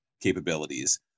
capabilities